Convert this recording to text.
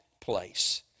place